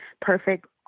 perfect